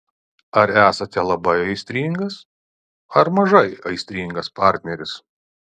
ar esate labai aistringas ar mažai aistringas partneris